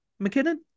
McKinnon